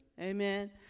Amen